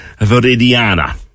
Veridiana